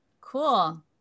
cool